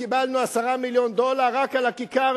קיבלנו 10 מיליון דולר רק על הכיכר,